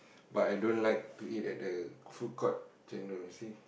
but I don't like to eat at the food court chendol you see